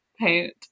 paint